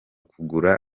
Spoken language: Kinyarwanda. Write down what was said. kugura